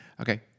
Okay